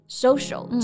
social